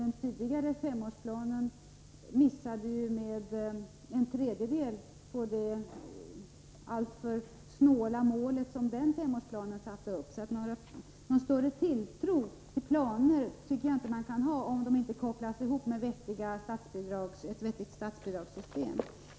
Den tidigare femårsplanen misslyckades att uppnå det alltför snåla mål som sattes upp. Någon större tilltro till planer tycker jag inte att man kan ha om det inte finns ett vettigt statsbidragssystem.